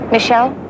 Michelle